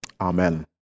amen